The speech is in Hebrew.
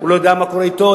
הוא לא יודע מה קורה אתו,